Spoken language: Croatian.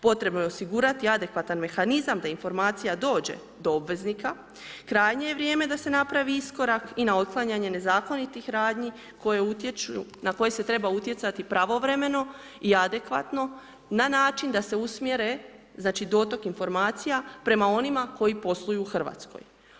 Potrebno je osigurati adekvatan mehanizam da informacija dođe do obveznika, krajnje je vrijeme da se napravi iskorak i na otklanjanje nezakonitih radnji koje se treba utjecati pravovremeno i adekvatno na način da se usmjere dotok informacija prema onima koji posluju u Hrvatskoj.